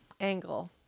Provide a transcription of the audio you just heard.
Angle